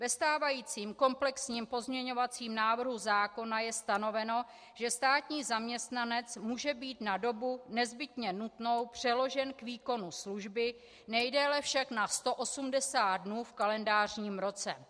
Ve stávajícím komplexním pozměňovacím návrhu zákona je stanoveno, že státní zaměstnanec může být na dobu nezbytně nutnou přeložen k výkonu služby, nejdéle však na 180 dnů v kalendářním roce.